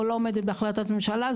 או לא עומדת בהחלטת ממשלה,